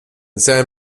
san